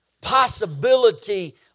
possibility